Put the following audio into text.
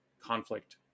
conflict